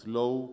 low